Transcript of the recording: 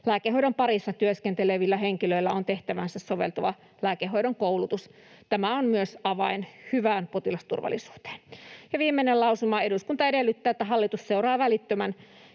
lääkehoidon parissa työskentelevillä henkilöillä on tehtäväänsä soveltuva lääkehoidon koulutus.” Tämä on myös avain hyvään potilasturvallisuuteen. Ja viimeinen lausuma: ”Eduskunta edellyttää, että hallitus seuraa välittömän